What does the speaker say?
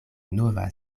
nova